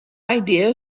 idea